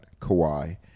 Kawhi